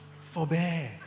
forbear